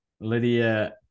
Lydia